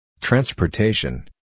Transportation